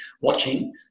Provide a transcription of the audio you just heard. watching